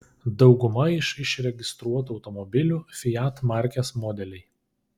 dauguma iš išregistruotų automobiliu fiat markės modeliai